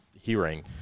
hearing